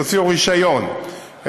תוציאו רישיון,